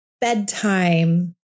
bedtime